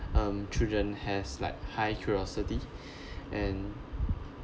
um children has like high curiosity and